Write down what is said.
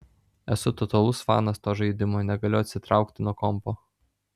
esu totalus fanas to žaidimo negaliu atsitraukt nuo kompo